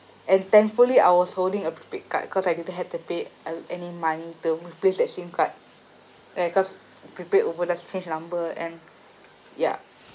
and thankfully I was holding a prepaid card cause I didn't had to pay uh any money to replace that sim card right cause prepaid over just change number and ya